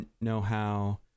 know-how